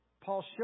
Paul